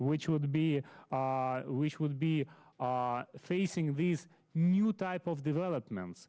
which would be which would be facing these new type of developments